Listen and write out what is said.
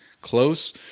close